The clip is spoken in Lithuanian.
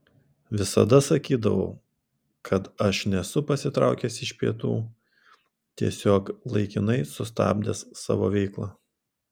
visada sakydavau kad aš nesu pasitraukęs iš pietų tiesiog laikinai sustabdęs savo veiklą